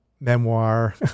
memoir